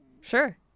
Sure